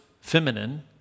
feminine